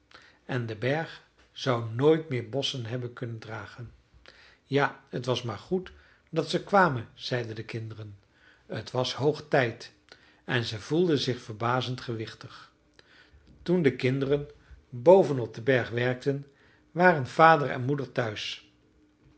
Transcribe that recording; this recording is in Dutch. en de berg zou nooit meer bosschen hebben kunnen dragen ja t was maar goed dat we kwamen zeiden de kinderen t was hoog tijd en ze voelden zich verbazend gewichtig toen de kinderen boven op den berg werkten waren vader en moeder thuis